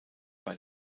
bei